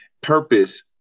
purpose